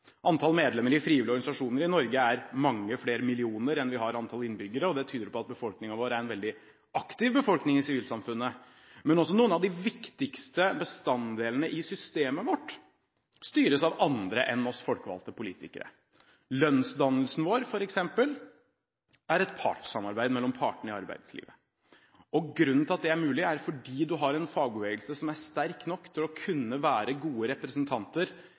Antall medlemmer i frivillige organisasjoner i Norge er mange millioner mer enn antall innbyggere, og det tyder på at befolkningen vår er en veldig aktiv befolkning i sivilsamfunnet. Men også noen av de viktigste bestanddelene i systemet vårt styres av andre enn oss folkevalgte politikere. Lønnsdannelsen vår er f.eks. et partssamarbeid mellom partene i arbeidslivet. Grunnen til at det er mulig, er at man har en fagbevegelse som er sterk nok til å kunne være gode representanter